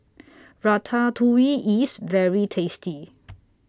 Ratatouille IS very tasty